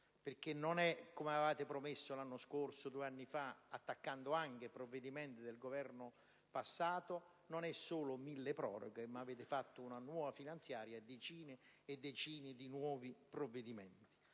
tratta, come avevate promesso l'anno scorso o due anni fa, attaccando anche provvedimenti del Governo passato, di un decreto milleproroghe, bensì di una nuova finanziaria con decine e decine di nuovi provvedimenti,